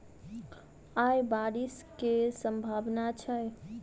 आय बारिश केँ सम्भावना छै?